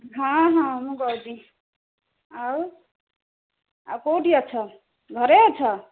ହଁ ହଁ ମୁଁ ଗର୍ବୀ ଆଉ ଆଉ କୋଉଠି ଅଛ ଘରେ ଅଛ